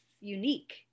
unique